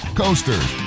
coasters